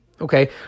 Okay